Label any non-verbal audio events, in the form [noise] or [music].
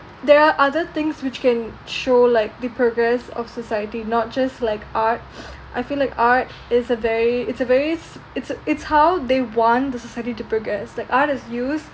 there are other things which can show like the progress of society not just like art [noise] I feel like art is a very it's a very [noise] it's it's how they want the society to progress like art is used